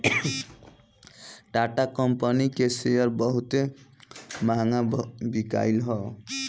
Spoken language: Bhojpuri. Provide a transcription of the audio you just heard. टाटा कंपनी के शेयर बहुते महंग बिकाईल हअ